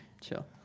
chill